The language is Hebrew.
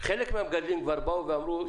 חלק מהמגדלים כבר באו ואמרו: